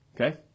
Okay